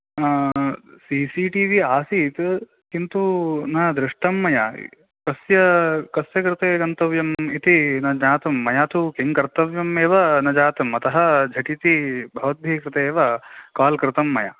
C C T V आसीत् किन्तु न दृष्टं मया कस्य कस्य कृते गन्तव्यम् इति न ज्ञातं मया तु किं कर्तव्यमेव न जातम् अतः झटिति भवद्भिः कृते एव काल् कृतं मया